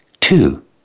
two